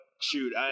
Shoot